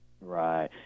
Right